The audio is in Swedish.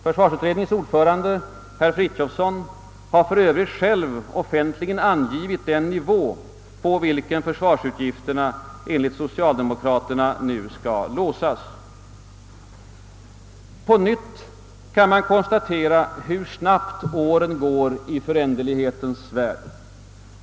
Försvarsutredningens ordförande, herr Frithiofson har för övrigt själv offentligen angivit den nivå på vilken försvarsutgifterna enligt socialdemokraterna nu skall låsas. På nytt kan man konstatera hur snabbt åren går i föränderlighetens värld.